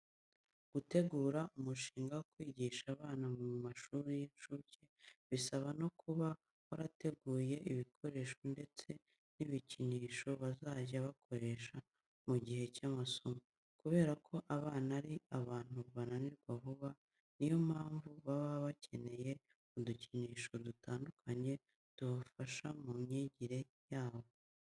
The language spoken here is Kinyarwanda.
Gutegura umushinga wo kujyana abana mu mashuri y'inshuke bisaba no kuba warateguye ibikoresho ndetse n'ibikinisho bazajya bakoresha mu gihe cy'amasomo. Kubera ko abana ari abantu bananirwa vuba, niyo mpamvu baba bakeneye udukinisho dutandukanye tubafasha mu myigire yabo.